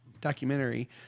documentary